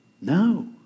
No